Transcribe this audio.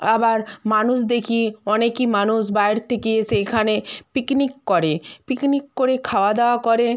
আবার মানুষ দেখি অনেকই মানুষ বাইের থেকে এসে এখানে পিকনিক করে পিকনিক করে খাওয়াদাওয়া করে